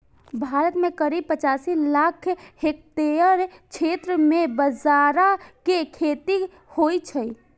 भारत मे करीब पचासी लाख हेक्टेयर क्षेत्र मे बाजरा के खेती होइ छै